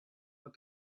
but